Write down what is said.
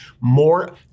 more